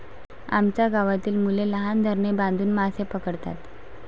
आमच्या गावातील मुले लहान धरणे बांधून मासे पकडतात